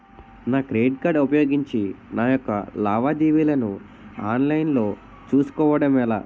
నా credit card ఉపయోగించి నా యెక్క లావాదేవీలను ఆన్లైన్ లో చేసుకోవడం ఎలా?